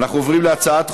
גם אותי.